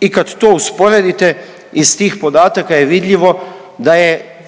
i kad to usporedite, iz tih podataka je vidljivo da je,